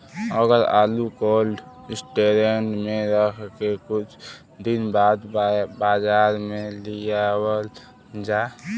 अगर आलू cold storage में रख के कुछ दिन बाद बाजार में लियावल जा?